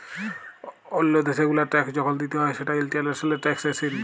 ওল্লো দ্যাশ গুলার ট্যাক্স যখল দিতে হ্যয় সেটা ইন্টারন্যাশনাল ট্যাক্সএশিন